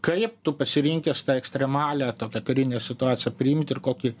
kaip tu pasirinkęs tą ekstremalią tokią karinę situaciją priimt ir kokį